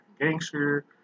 gangster